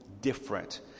different